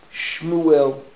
Shmuel